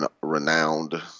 renowned